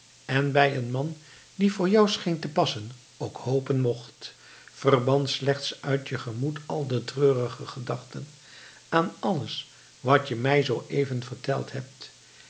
en bij een man die voor jou scheen te passen ook hopen mocht verban slechts uit je gemoed al de treurige gedachten aan alles wat je mij zooëven verteld hebt